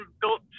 built